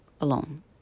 alone